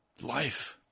life